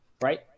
right